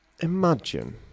Imagine